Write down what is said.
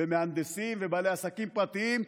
מהנדסים ובעלי עסקים פרטיים,